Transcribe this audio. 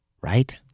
Right